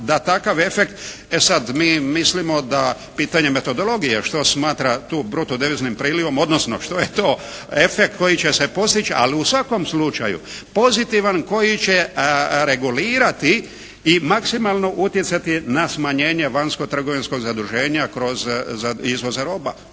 da takav efekt, e sada mi mislimo da pitanje metodologije što smatra tu bruto deviznim prilivom, odnosno što je to efekt koji će se postići ali u svakom slučaju pozitivan koji će regulirati i maksimalno utjecati na smanjenje vanjskotrgovinskog zaduženja kroz izvoz roba.